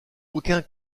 aucun